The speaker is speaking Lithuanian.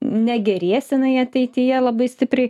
negerės jinai ateityje labai stipriai